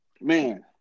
Man